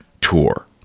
tour